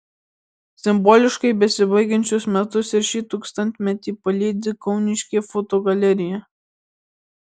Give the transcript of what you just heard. simboliškai besibaigiančius metus ir šį tūkstantmetį palydi kauniškė fotogalerija